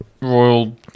royal